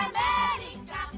America